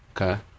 Okay